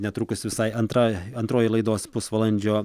netrukus visai antra antroji laidos pusvalandžio